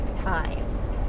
time